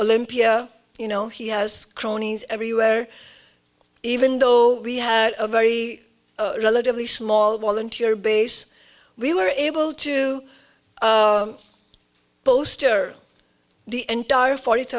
olympia you know he has cronies everywhere even though we have a very relatively small volunteer base we were able to poster the entire forty